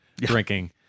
drinking